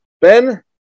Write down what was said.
Ben